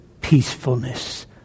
peacefulness